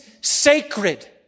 sacred